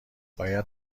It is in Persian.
باید